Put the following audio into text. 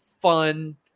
fun